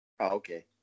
Okay